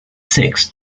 six